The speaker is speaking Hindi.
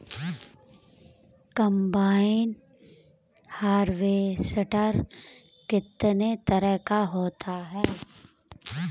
कम्बाइन हार्वेसटर कितने तरह का होता है?